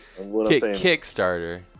Kickstarter